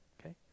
Okay